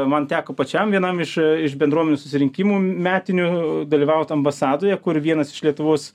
man teko pačiam vienam iš iš bendruomenės susirinkimų metinių dalyvaut ambasadoje kur vienas iš lietuvos